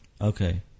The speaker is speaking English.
Okay